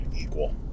equal